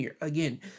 again